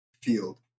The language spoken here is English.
field